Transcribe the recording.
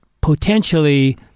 potentially